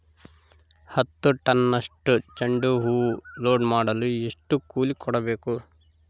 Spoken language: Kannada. ಹತ್ತು ಟನ್ನಷ್ಟು ಚೆಂಡುಹೂ ಲೋಡ್ ಮಾಡಲು ಎಷ್ಟು ಕೂಲಿ ಕೊಡಬೇಕು?